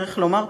צריך לומר,